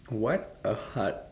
what a heart